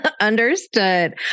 Understood